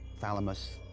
thalamus,